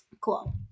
Cool